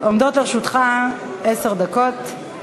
עומדות לרשותך עשר דקות.